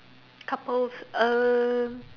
couples uh